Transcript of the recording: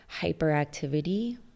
hyperactivity